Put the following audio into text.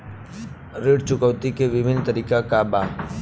ऋण चुकावे के विभिन्न तरीका का बा?